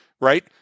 right